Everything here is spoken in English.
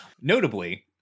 Notably